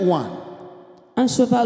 one